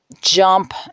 jump